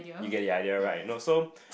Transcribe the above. you get the idea right no so